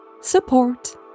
support